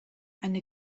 eine